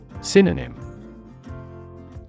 Synonym